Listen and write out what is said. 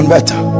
better